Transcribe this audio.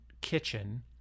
kitchen